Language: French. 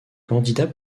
candidats